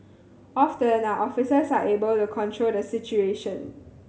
often our officers are able to control the situation